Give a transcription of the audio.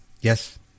yes